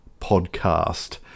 podcast